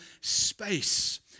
space